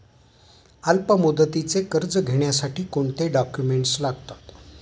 अल्पमुदतीचे कर्ज घेण्यासाठी कोणते डॉक्युमेंट्स लागतात?